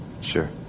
Sure